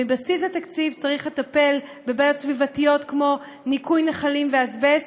מבסיס התקציב צריך לטפל בבעיות סביבתיות כמו ניקוי נחלים ואסבסט,